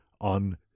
on